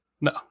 No